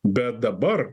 bet dabar